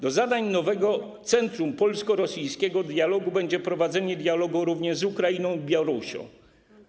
Do zadań nowego centrum polsko-rosyjskiego dialogu będzie należało prowadzenie dialogu również z Ukrainą i Białorusią.